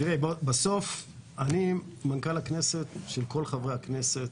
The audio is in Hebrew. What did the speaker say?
בסוף אני מנכ"ל הכנסת של כל חברי הכנסת,